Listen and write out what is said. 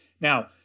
Now